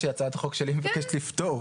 שהיא הצעת חוק --- מבקשת לפטור.